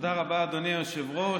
תודה רבה, אדוני היושב-ראש.